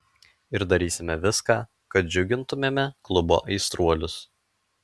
ir darysime viską kad džiugintumėme klubo aistruolius